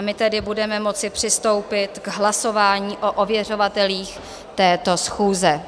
A my tedy budeme moci přistoupit k hlasování o ověřovatelích této schůze.